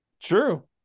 True